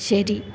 ശരി